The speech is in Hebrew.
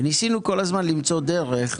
וניסינו כל הזמן למצוא דרך,